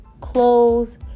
clothes